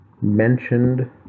mentioned